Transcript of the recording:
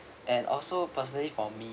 and also personally for me